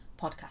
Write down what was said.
podcast